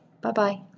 Bye-bye